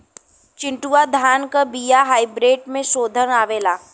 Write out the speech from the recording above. चिन्टूवा धान क बिया हाइब्रिड में शोधल आवेला?